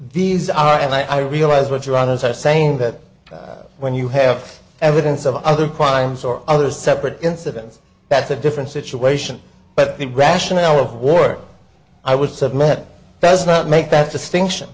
these are and i realize what you're on is i saying that that when you have evidence of other crimes or other separate incidents that's a different situation but the rationale of war i would submit best not make that distinction